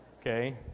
Okay